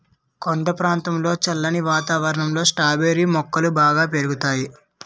కొండ ప్రాంతంలో చల్లని వాతావరణంలో స్ట్రాబెర్రీ మొక్కలు బాగా పెరుగుతాయి